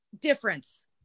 difference